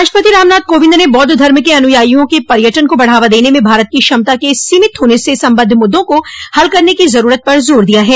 राष्ट्रपति रामनाथ कोविंद ने बौद्ध धर्म के अनुयायियों के पर्यटन को बढ़ावा देने में भारत की क्षमता के सीमित होने से सम्बद्ध मुद्दों को हल करने की जरूरत पर जोर दिया है